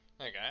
okay